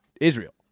Israel